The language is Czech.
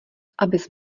abys